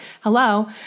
Hello